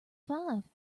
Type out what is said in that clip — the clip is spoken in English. five